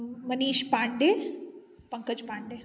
Manish Pandey Pankaj Pandey